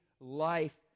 life